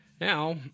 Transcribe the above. Now